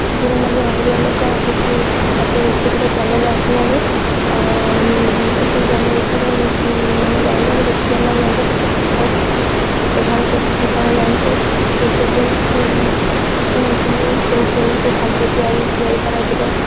ଟିଭିରେ ମଧ୍ୟ ଆହୁରି ଅନେକ କିଛି ଖାଦ୍ୟ ରେସିପିର ଚ୍ୟାନେଲ୍ ଆସିଲାଣି ଆଉ ଏସବୁ ଚ୍ୟାନେଲ୍ ବିଷୟରେ ଆମେ ଜାଣେ ଯେତେ ଚ୍ୟାନେଲ୍ ଜାଣିଛେ ସେେ ସବୁ ପ୍ରକାର ଖାଦ୍ୟର ବ୍ୟବହାର କରୁ ସେତ ଆମେ ଜାଣିଛେ ୟୁଟ୍ୟୁବ୍ ମୁଁ କିଛି କିଛି ଶିଖି ୟୁଟ୍ୟୁବ୍ କ'ଣ କେମିତି କେଉଁ ଖାଦ୍ୟ ତିଆରି ତିଆରି କରାଯିବ